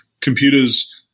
computers